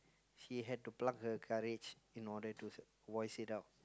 she had to pluck her courage in order to voice it out